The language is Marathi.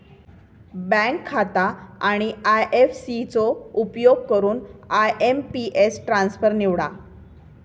बँक खाता आणि आय.एफ.सी चो उपयोग करून आय.एम.पी.एस ट्रान्सफर निवडा